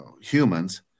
humans